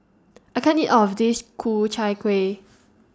I can't eat All of This Ku Chai Kueh